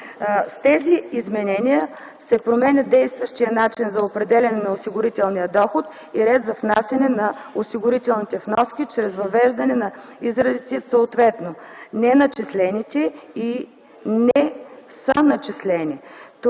С тези изменения се променя действащият начин за определяне на осигурителния доход и ред за внасяне на осигурителните вноски - чрез въвеждане на изразите: съответно „неначислените” и „не са начислени”.